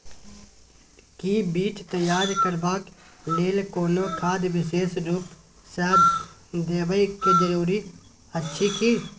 कि बीज तैयार करबाक लेल कोनो खाद विशेष रूप स देबै के जरूरी अछि की?